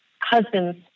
husband's